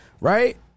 right